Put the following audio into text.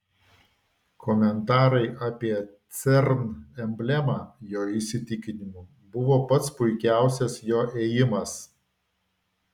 komentarai apie cern emblemą jo įsitikinimu buvo pats puikiausias jo ėjimas